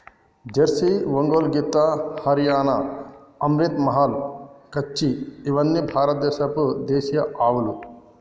Jersey, Ongole గిత్త, హరియాణా, అమ్రిత్ మహల్, కచ్చి ఇవ్వని భారత దేశపు దేశీయ ఆవులు